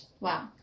Wow